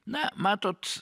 na matot